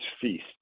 feast